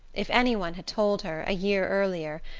if any one had told her, a year earlier,